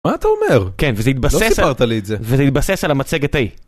מה אתה אומר? כן, וזה התבסס... לא סיפרת לי את זה. וזה התבסס על המצגת ההיא.